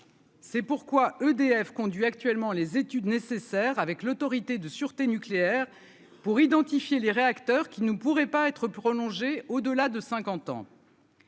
C'est pourquoi EDF conduit actuellement les études nécessaires avec l'Autorité de sûreté nucléaire pour identifier les réacteurs qui ne pourrait pas être prolongée au-delà de 50 ans.